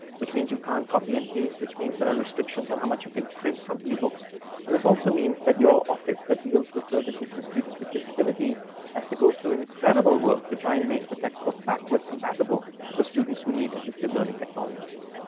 which means, you can't copy and paste, which means there are restrictions on how much you can print from e-books. and this also means that your office that deals with services for students with disabilities has to go through incredible work to try and make the textbook backwards compatible for students who need assistive learning technologies.